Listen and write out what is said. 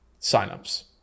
signups